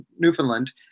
Newfoundland